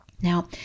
Now